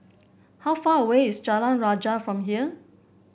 how far away is Jalan Rajah from here